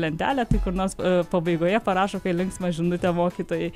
lentelę tai kur nors pabaigoje parašo kai linksmą žinutę mokytojai